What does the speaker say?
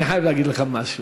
אני חייב להגיד לך משהו.